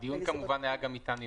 הדיון כמובן היה גם איתנו,